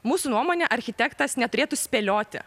mūsų nuomone architektas neturėtų spėlioti